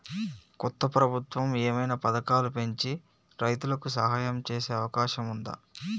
కొత్త ప్రభుత్వం ఏమైనా పథకాలు పెంచి రైతులకు సాయం చేసే అవకాశం ఉందా?